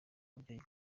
babyeyi